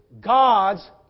God's